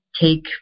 take